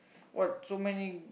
what so many